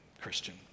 Christian